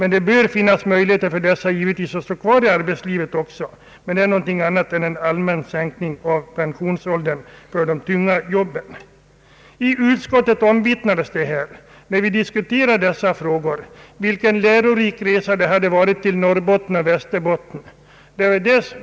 Men det bör naturligtvis finnas möjligheter för dem som så önskar att stå kvar i arbetslivet efter uppnådd pensionsålder, men det är ju någonting helt annat än en allmän sänkning av pensionsåldern för de yrkesgrupper som har tungt arbete. När vi diskuterade denna fråga i utskottet, omvittnades det vilken lärorik resa som det hade varit för utskottets ledamöter till Norrbotten och Västerbotten.